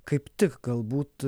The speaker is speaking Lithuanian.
kaip tik galbūt